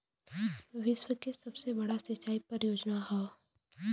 विश्व के सबसे बड़ा सिंचाई परियोजना हौ